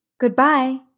Goodbye